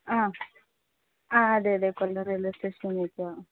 ആ ആ അതെയതെ കൊല്ലം റെയിൽവേ സ്റ്റേഷനി നിൽക്കുവാണ്